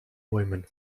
bäumen